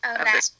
Okay